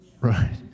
Right